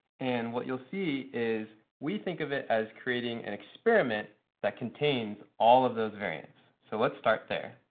and what you'll see is, we think of it as creating an experiment that contains all of those variants. so let's start there.